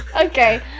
Okay